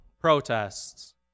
protests